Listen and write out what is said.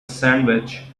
sandwich